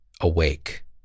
awake